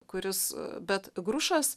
kuris bet grušas